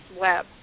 web